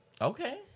okay